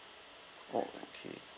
oh okay